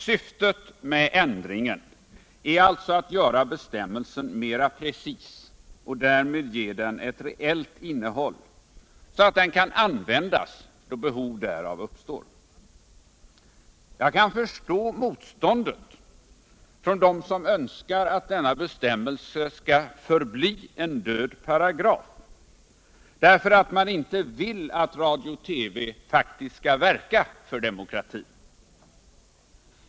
Syftet med ändringen är alltså att göra bestämmelsen mera precis och därmed ge den ett reellt innehåll, så att den kan användas då behov därav uppstår. Jag kan förstå motståndet från dem som önskar att denna bestämmelse skall förbli en död paragraf därför att de inte vill att radio och TV faktiskt skall verka för demokratin.